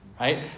Right